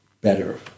better